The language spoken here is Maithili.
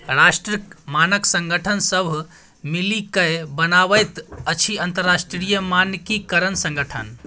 राष्ट्रक मानक संगठन सभ मिलिकए बनाबैत अछि अंतरराष्ट्रीय मानकीकरण संगठन